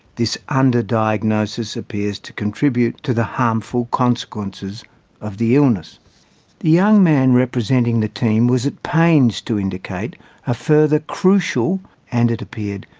this under-diagnosis appears to contribute to the harmful consequences of the illness. the young man representing the team was at pains to indicate a further crucial and, it appeared,